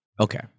Okay